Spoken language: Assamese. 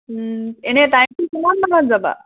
ওম এনে টাইমটো কিমান মানত যাবা